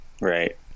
Right